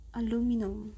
aluminum